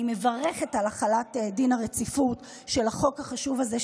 אני מברכת על החלת דין הרציפות של החוק החשוב הזה,